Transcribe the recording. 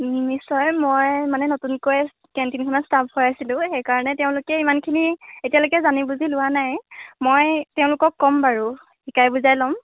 নিশ্চয় মই মানে নতুনকৈ কেণ্টিনখনত ষ্টাফ ভৰাইছিলোঁ সেইকাৰণে তেওঁলোকে ইমানখিনি এতিয়ালৈকে জানি বুজি লোৱা নাই মই তেওঁলোকক ক'ম বাৰু শিকাই বুজাই ল'ম